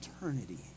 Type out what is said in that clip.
eternity